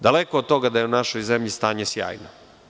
Daleko od togada je u našoj zemlji stanje sjajno.